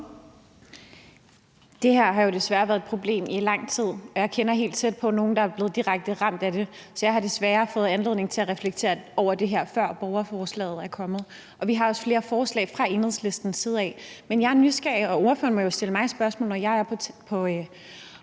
Det her har jo desværre været et problem i lang tid, og jeg kender nogle helt tæt på, som er blevet direkte ramt af det, så jeg har desværre fået anledning til at reflektere over det her, før borgerforslaget kom. Vi har også flere forslag fra Enhedslistens side, men jeg er nysgerrig på – og ordføreren må jo stille mig spørgsmål, når jeg er på